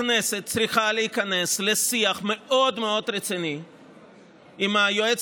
הכנסת צריכה להיכנס לשיח מאוד מאוד רציני עם היועץ